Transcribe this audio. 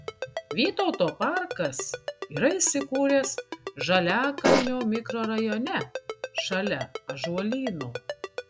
vytauto parkas yra įsikūręs žaliakalnio mikrorajone šalia ąžuolyno